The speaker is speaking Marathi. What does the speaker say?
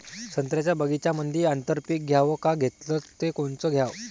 संत्र्याच्या बगीच्यामंदी आंतर पीक घ्याव का घेतलं च कोनचं घ्याव?